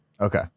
Okay